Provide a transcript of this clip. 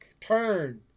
Turn